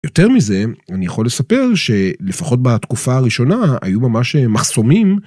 יותר מזה, אני יכול לספר, שלפחות בתקופה הראשונה, היו ממש מחסומים...